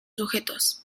sujetos